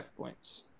points